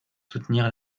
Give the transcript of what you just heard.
soutenir